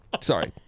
Sorry